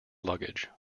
luggage